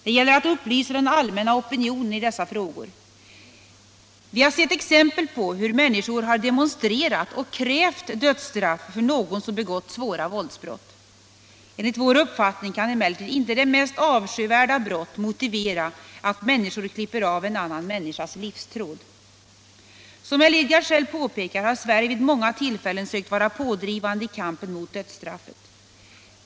Det gäller att upplysa den allmänna opinionen i dessa frågor. Vi har sett exempel på hur människor har demonstrerat och krävt dödsstraff för någon som begått svåra våldsbrott. Enligt vår uppfattning kan emellertid inte det mest avskyvärda brott motivera att människor klipper av en annan människas livstråd. Som herr Lidgard själv påpekar har Sverige vid många tillfällen sökt vara pådrivande i kampen mot dödsstraffet.